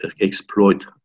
exploit